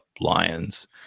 lions